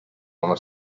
una